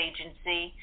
Agency